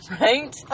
Right